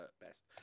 best